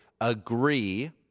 agree